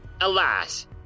alas